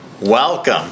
Welcome